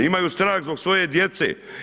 Imaju strah zbog svoje djece.